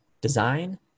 design